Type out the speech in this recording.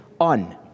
on